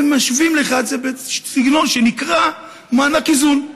ומשווים לך את זה בסגנון שנקרא מענק איזון.